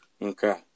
Okay